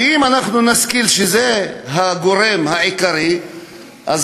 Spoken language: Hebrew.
ואם אנחנו נזכיר שזה הגורם העיקרי אז